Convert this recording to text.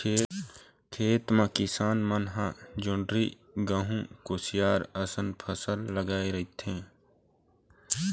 खेत म किसान मन ह जोंधरी, गहूँ, कुसियार असन फसल लगाए रहिथे